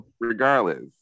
regardless